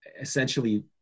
essentially